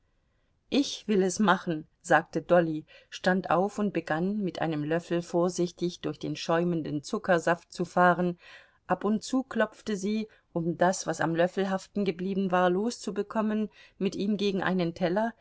ich will es machen sagte dolly stand auf und begann mit einem löffel vorsichtig durch den schäumenden zuckersaft zu fahren ab und zu klopfte sie um das was am löffel haftengeblieben war loszubekommen mit ihm gegen einen teller